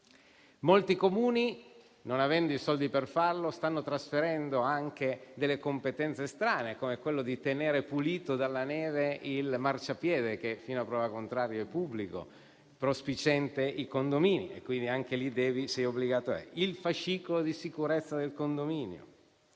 Molti Comuni, non avendo i soldi per farlo, stanno trasferendo anche delle competenze strane, come quella di tenere pulito dalla neve il marciapiede, che fino a prova contraria è pubblico, prospiciente i condomini. Ricordo poi il fascicolo di sicurezza del condominio.